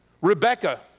Rebecca